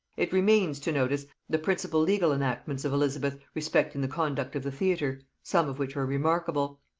it remains to notice the principal legal enactments of elizabeth respecting the conduct of the theatre, some of which are remarkable.